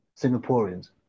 Singaporeans